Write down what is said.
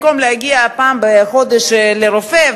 שבמקום להגיע פעם בחודש לרופא,